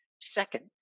Second